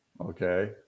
Okay